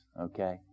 okay